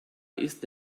ist